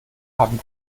haben